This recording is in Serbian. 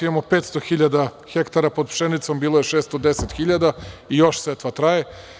Imamo 500 hiljada hektara pod pšenicom, bilo je 610 hiljada, i još setva traje.